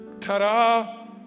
ta-da